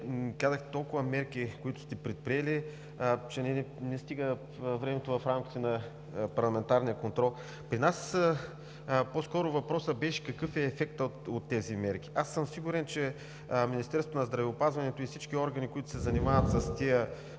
казахте толкова мерки, които сте предприели, че не стига времето в рамките на парламентарния контрол. При нас по-скоро въпросът беше: какъв е ефектът от тези мерки? Аз съм сигурен, че Министерството на здравеопазването и всички органи, които се занимават с тези заразни